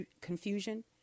confusion